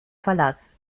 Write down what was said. verlass